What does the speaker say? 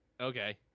Okay